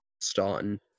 starting